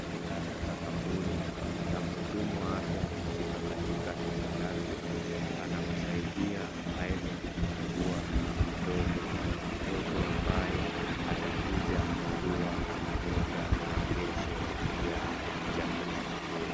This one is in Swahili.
Katika sakafuni na mhudumu wa afya amemshika katika tumbo lake anamsaiidia aweze kujiungua mtoto, mtoto ambaye atakuja kuwa nyota ya kesho ya jamii yetu.